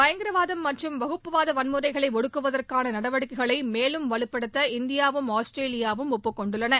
பயங்கரவாதம் மற்றும் வகுப்புவாத வன்முறைகளை ஒடுக்குவதற்கான நடவடிக்கைகளை மேலும் வலுப்படுத்த இந்தியாவும் ஆஸ்திரேலியாவும் ஒப்புக் கொண்டுள்ளன